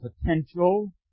potential